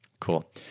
cool